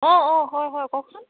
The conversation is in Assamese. অঁ অঁ হয় হয় কওকচোন